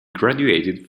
graduated